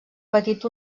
patit